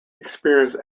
experience